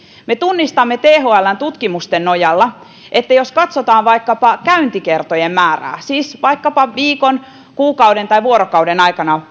me tunnistamme thln tutkimusten nojalla että jos katsotaan vaikkapa käyntikertojen määrää ikäihmisen luona siis vaikkapa viikon kuukauden tai vuorokauden aikana